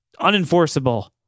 unenforceable